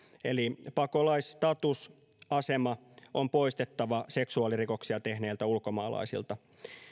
eli pakolaisstatusasema on poistettava seksuaalirikoksia tehneiltä ulkomaalaisilta